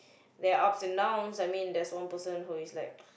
there're ups and downs I mean there's one person who is like